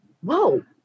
whoa